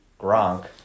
Gronk